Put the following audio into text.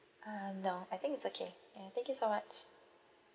uh no I think it's okay ya thank you so much